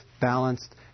balanced